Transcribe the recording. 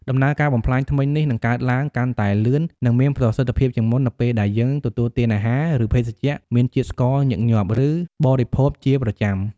ដំណើរការបំផ្លាញធ្មេញនេះនឹងកើតឡើងកាន់តែលឿននិងមានប្រសិទ្ធភាពជាងមុន នៅពេលដែលយើងទទួលទានអាហារ ឬភេសជ្ជៈមានជាតិស្ករញឹកញាប់ ឬបរិភោគជាប្រចាំ។